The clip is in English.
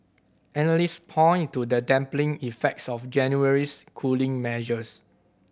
analyst point to the dampening effects of January's cooling measures